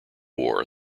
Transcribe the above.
war